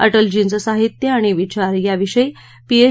अटलजींचं साहित्य आणि विचार याविषयी पीएच